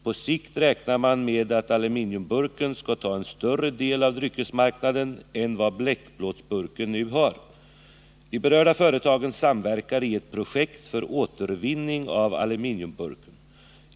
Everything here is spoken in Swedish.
På sikt räknar man med att aluminiumburken skall ta en större del av dryckesmarknaden än vad bleckplåtsburken nu har. De berörda företagen samverkar i ett projekt för återvinning av aluminiumburken.